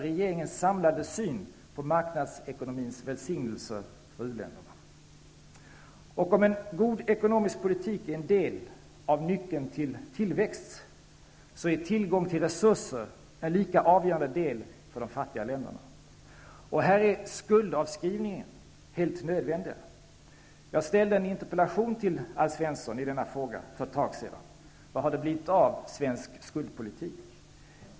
Om en god ekonomisk politik är en del av nyckeln till tillväxt så är tillgång till resurser en lika avgörande del för de fattiga länderna. Och här är skuldavskrivningar helt nödvändiga. Jag ställde en interpellation till Alf Svensson i denna fråga för ett tag sedan: Vad har det blivit av svensk skuldpolitik?